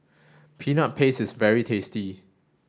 peanut paste is very tasty